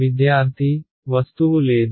విద్యార్థి వస్తువు లేదు